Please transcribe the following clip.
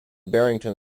barrington